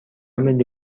ملی